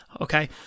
okay